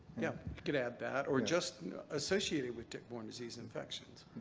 yeah. we could add that or just associated with tick-borne disease infections.